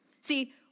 See